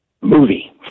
movie